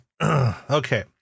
okay